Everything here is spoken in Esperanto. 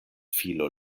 filo